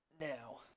Now